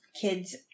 kids